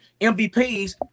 MVPs